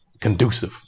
conducive